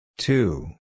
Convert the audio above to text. Two